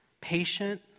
patient